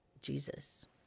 Jesus